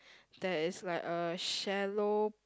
there is like a shallow